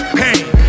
pain